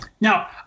Now